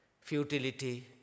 futility